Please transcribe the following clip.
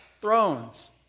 thrones